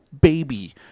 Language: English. baby